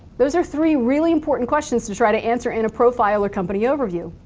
those are three really important questions to try to answer in a profile or company overview.